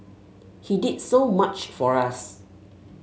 he did so much for us